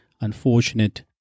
unfortunate